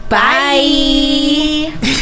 bye